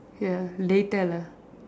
ya later lah